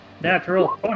Natural